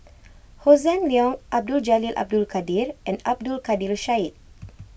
Hossan Leong Abdul Jalil Abdul Kadir and Abdul Kadir Syed